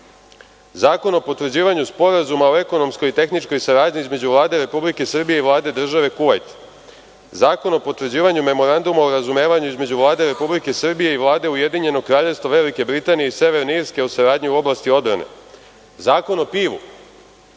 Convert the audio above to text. Zakon o potvrđivanju sporazuma o ekonomskoj i tehničkoj saradnji između Vlade Republike Srbije i Vlade države Kuvajt, Zakon o potvrđivanju Memoranduma o razumevanju između Vlade Republike Srbije i Vlade Ujedinjenog Kraljevstva Velike Britanije i Severne Irske o saradnji u oblasti odbrane, Zakon o pivu,